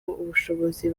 ubushobozi